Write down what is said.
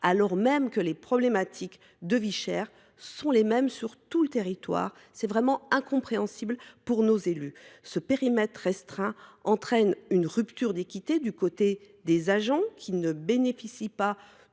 alors même que les problématiques de vie chère sont les mêmes dans tout le territoire. C’est incompréhensible pour nos élus ! Ce périmètre restreint entraîne une rupture d’équité : d’une part, du côté des agents, qui ne bénéficient pas